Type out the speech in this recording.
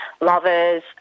lovers